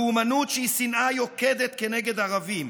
לאומנות שהיא שנאה יוקדת כנגד ערבים.